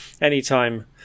anytime